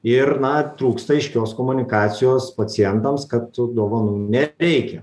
ir na trūksta aiškios komunikacijos pacientams kad tų dovanų nereikia